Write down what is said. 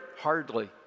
Hardly